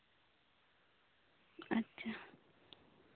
ᱟᱪᱪᱷᱟ